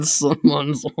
someone's